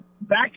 back